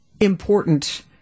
important